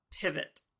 pivot